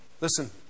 Listen